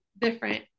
different